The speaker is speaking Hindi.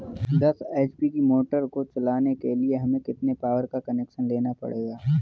दस एच.पी की मोटर को चलाने के लिए हमें कितने पावर का कनेक्शन लेना पड़ेगा?